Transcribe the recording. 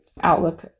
outlook